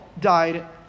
died